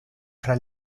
fra